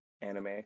anime